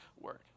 word